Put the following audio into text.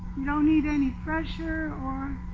you don't need any pressure or